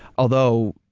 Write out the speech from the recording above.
although,